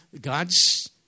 God's